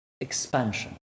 expansion